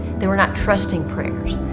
they were not trusting prayers.